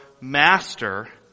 master